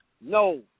No